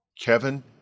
Kevin